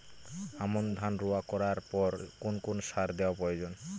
আমন ধান রোয়া করার পর কোন কোন সার দেওয়া প্রয়োজন?